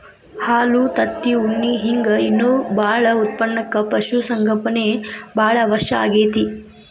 ಹಾಲು ತತ್ತಿ ಉಣ್ಣಿ ಹಿಂಗ್ ಇನ್ನೂ ಬಾಳ ಉತ್ಪನಕ್ಕ ಪಶು ಸಂಗೋಪನೆ ಬಾಳ ಅವಶ್ಯ ಆಗೇತಿ